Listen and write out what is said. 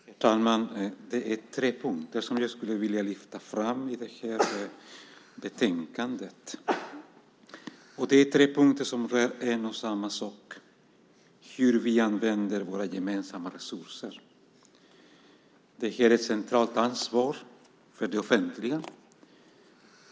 Herr talman! Det är tre punkter som jag skulle vilja lyfta fram i detta betänkande. Det är tre punkter som rör en och samma sak - hur vi använder våra gemensamma resurser. Detta är ett centralt ansvar för det offentliga.